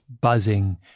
buzzing